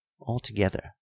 Altogether